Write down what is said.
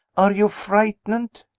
are you frightened?